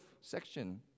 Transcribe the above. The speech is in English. section